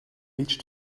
beach